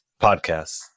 podcasts